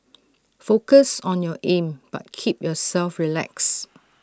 focus on your aim but keep yourself relaxed